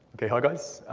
ok. hi guys.